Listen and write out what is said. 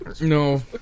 No